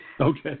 Okay